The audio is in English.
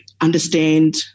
understand